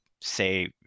say